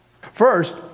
First